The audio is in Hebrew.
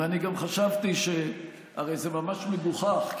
ואני גם חשבתי שהרי זה ממש מגוחך,